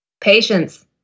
Patience